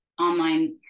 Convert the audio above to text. online